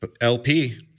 LP